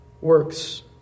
works